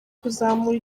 kuzamura